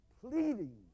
pleading